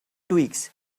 twigs